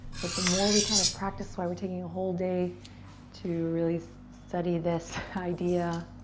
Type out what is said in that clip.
but the more we kind of practice why we're taking a whole day to really study this idea,